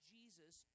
Jesus